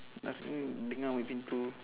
uh ni dengar main pintu